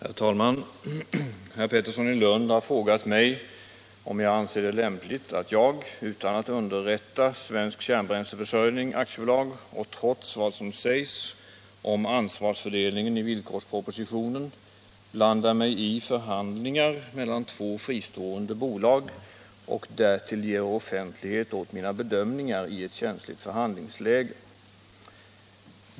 Herr talman! Herr Pettersson i Lund har frågat mig om jag anser det lämpligt att jag, utan att underrätta Svensk Kärnbränsleförsörjning AB och trots vad som sägs om ansvarsfördelningen i villkorspropositionen, blandar mig i förhandlingarna mellan två fristående bolag och därtill ger offentlighet åt mina bedömningar i ett känsligt förhandlingsläge.